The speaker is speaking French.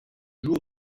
jour